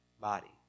body